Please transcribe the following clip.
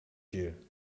you